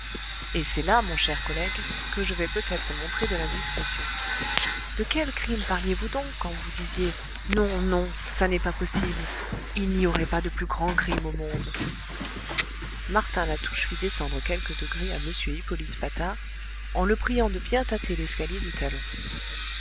et c'est là mon cher collègue que je vais peut-être montrer de l'indiscrétion de quel crime parliez vous donc quand vous disiez non non ça n'est pas possible il n'aurait pas de plus grand crime au monde martin latouche fit descendre quelques degrés à m hippolyte patard en le priant de bien tâter l'escalier du talon